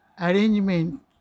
arrangement